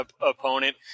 opponent